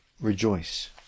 rejoice